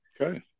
Okay